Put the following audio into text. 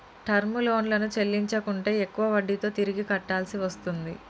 term లోన్లను చెల్లించకుంటే ఎక్కువ వడ్డీతో తిరిగి కట్టాల్సి వస్తుంది